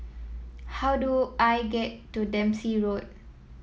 how do I get to Dempsey Road